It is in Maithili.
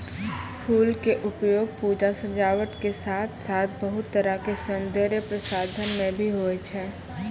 फूल के उपयोग पूजा, सजावट के साथॅ साथॅ बहुत तरह के सौन्दर्य प्रसाधन मॅ भी होय छै